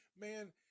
man